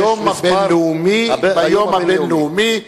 ביום הבין-לאומי,